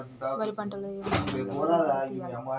వరి పంట లో ఏ సమయం లో బెరడు లు తియ్యాలి?